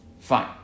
Fine